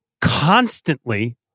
constantly